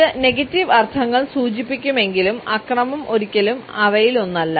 ഇത് നെഗറ്റീവ് അർത്ഥങ്ങൾ സൂചിപ്പിക്കുമെങ്കിലും അക്രമം ഒരിക്കലും അവയിലൊന്നല്ല